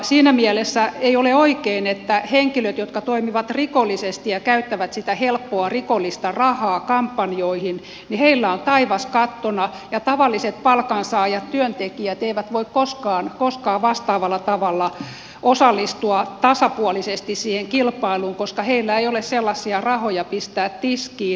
siinä mielessä ei ole oikein että henkilöillä jotka toimivat rikollisesti ja käyttävät sitä helppoa rikollista rahaa kampanjoihin on taivas kattona ja tavalliset palkansaajat työntekijät eivät voi koskaan vastaavalla tavalla osallistua tasapuolisesti siihen kilpailuun koska heillä ei ole sellaisia rahoja pistää tiskiin